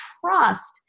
trust